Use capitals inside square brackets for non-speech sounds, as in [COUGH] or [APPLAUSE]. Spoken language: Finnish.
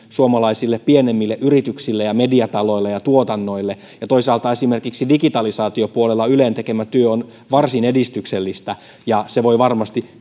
suomalaisille yrityksille ja mediataloille ja tuotannoille ja toisaalta esimerkiksi digitalisaatiopuolella ylen tekemä työ on varsin edistyksellistä ja se voi varmasti [UNINTELLIGIBLE]